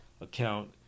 account